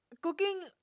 Cooking